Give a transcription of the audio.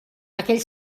aquell